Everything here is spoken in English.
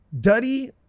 Duddy